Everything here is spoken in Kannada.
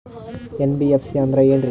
ಎನ್.ಬಿ.ಎಫ್.ಸಿ ಅಂದ್ರ ಏನ್ರೀ?